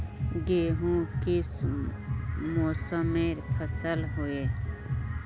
गेहूँ किस मौसमेर फसल होय?